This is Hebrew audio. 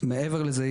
מעבר לזה,